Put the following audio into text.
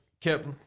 kept